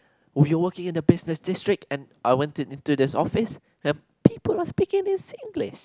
would you working in the business district and I want to into this office um people speaking this Singlish